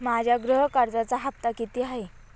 माझ्या गृह कर्जाचा हफ्ता किती आहे?